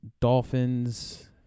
Dolphins